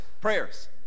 prayers